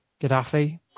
Gaddafi